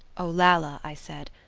olalla, i said,